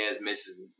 misses